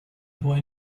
boy